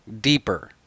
deeper